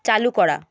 চালু করা